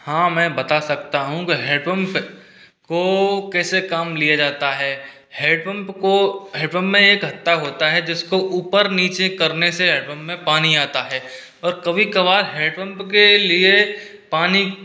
हाँ मैं बता सकता हूँ हैंडपंप को कैसे काम लिया जाता है हैटपंप को हेटपंप में एक हत्था होता है जिसको ऊपर नीचे करने से हेटपम में पानी आता है और कभी कभार हेटपंप के लिए पानी